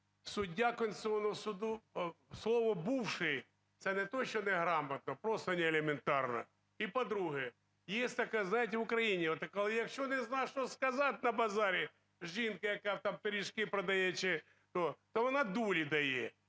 суддя Конституційного Суду - слово "бувший" це не те, що не грамотно, просто не елементарно. І, по-друге, є така, знаєте, в Україні, якщо не знаєш, що сказати на базарі жінці, яка там пиріжки продає чи що, то вона дулі дає.